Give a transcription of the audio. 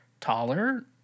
taller